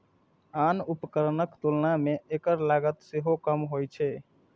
आन उपकरणक तुलना मे एकर लागत सेहो कम होइ छै